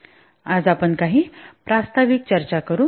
आज आपण काही प्रास्ताविक चर्चा करू